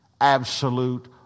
Absolute